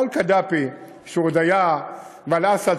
לא על קדאפי ועל אסד,